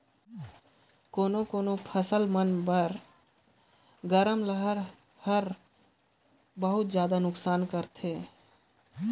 कोनो कोनो फसल बर गरम लहर हर ढेरे के नुकसानी करथे